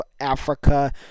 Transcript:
Africa